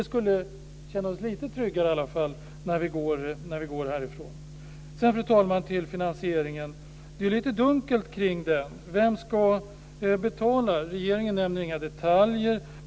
Då skulle vi känna oss lite tryggare i alla fall, när vi går härifrån. Sedan, fru talman, vill jag övergå till finansieringen. Det är lite dunkelt kring den. Vem ska betala? Regeringen nämner inga detaljer.